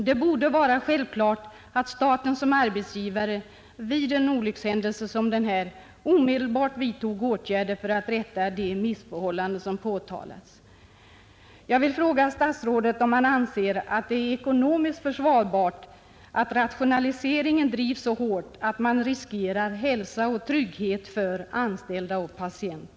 Det borde vara självklart att staten som arbetsgivare vid olyckshändelser av här påtalat slag omedelbart vidtog åtgärder för att rätta till missförhållandena.